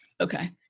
okay